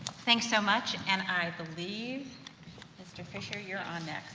thanks so much, and i believe mr. fisher, you're our next.